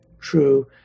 true